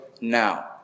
now